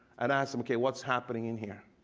and ask them, okay, what's happening in here?